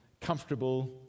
comfortable